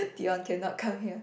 come here